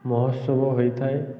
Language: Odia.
ମହୋତ୍ସବ ହୋଇଥାଏ